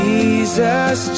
Jesus